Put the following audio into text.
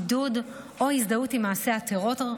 עידוד או הזדהות עם מעשה הטרור,